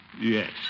yes